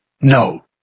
No